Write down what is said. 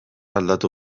aldatu